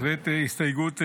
בהחלט הסתייגות ראויה,